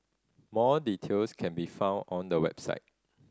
more details can be found on the website